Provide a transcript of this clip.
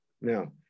Now